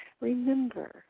Remember